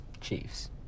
Chiefs